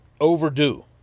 overdue